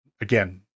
again